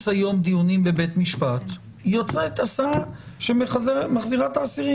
וכמה מתקציבים שאתם עכשיו תוסיפו לתקציב המדינה?